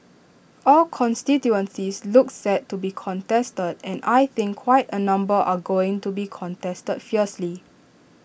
all constituencies look set to be contested and I think quite A number are going to be contested fiercely